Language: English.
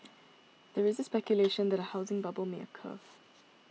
there is speculation that a housing bubble may occur